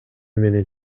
менен